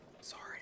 Sorry